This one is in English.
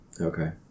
Okay